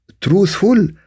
truthful